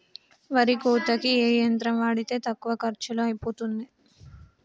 వరి కోతకి ఏ యంత్రం వాడితే తక్కువ ఖర్చులో అయిపోతుంది?